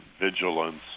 Vigilance